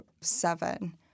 seven